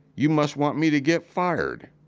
you must want me to get fired.